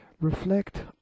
Reflect